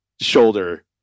shoulder